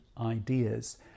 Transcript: ideas